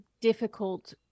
difficult